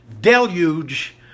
deluge